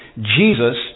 Jesus